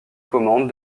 commandes